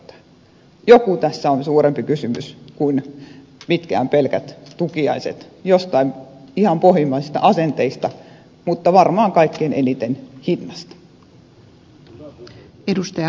jokin suurempi kysymys tässä on kuin mitkään pelkät tukiaiset jostain ihan pohjimmaisista asenteista on kysymys mutta varmaan kaikkein eniten hinnasta